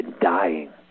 dying